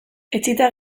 etsita